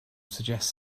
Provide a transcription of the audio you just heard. suggests